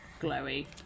glowy